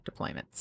deployments